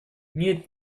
нет